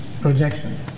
projection